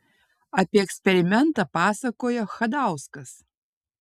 apie eksperimentą pasakojo chadauskas